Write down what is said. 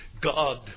God